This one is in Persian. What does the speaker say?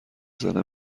زنه